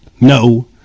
No